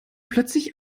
plötzlich